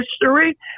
history